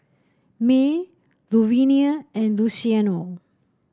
Mae Luvenia and Luciano